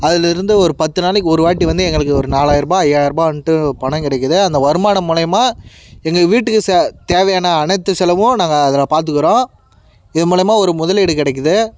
அதுலேருந்து ஒரு பத்து நாளைக்கு ஒரு வாட்டி வந்து எங்களுக்கு ஒரு நாலாயிரருபா ஐயாயிரருபா வந்துட்டு பணம் கிடைக்கிது அந்த வருமானம் மூலியமாக எங்கள் வீட்டுக்கு தேவையான அனைத்து செலவும் நாங்கள் அதில் பாத்துக்கிறோம் இது மூலியமாக ஒரு முதலீடு கிடைக்கிது